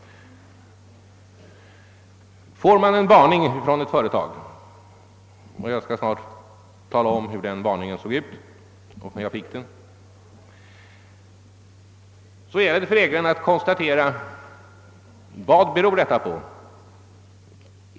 Får man en varning från ctt företag — och jag skall strax tala om hur den varningen såg ut i det här fallet och när vi fick den — gäller det för ägaren att konstatera: Vad beror detta på?